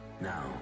now